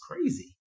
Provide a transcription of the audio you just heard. crazy